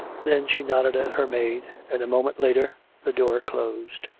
then she nodded at her maid and a moment later the door closed.